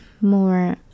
more